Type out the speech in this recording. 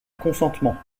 consentement